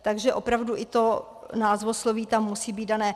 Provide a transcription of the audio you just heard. Takže opravdu i to názvosloví tam musí být dané.